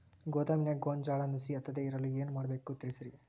ಗೋದಾಮಿನ್ಯಾಗ ಗೋಂಜಾಳ ನುಸಿ ಹತ್ತದೇ ಇರಲು ಏನು ಮಾಡಬೇಕು ತಿಳಸ್ರಿ